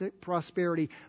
prosperity